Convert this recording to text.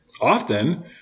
Often